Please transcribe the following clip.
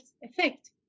effect